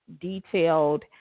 detailed